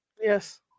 Yes